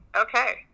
Okay